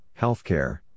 healthcare